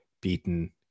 beaten